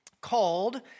called